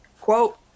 Quote